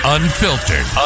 Unfiltered